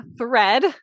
thread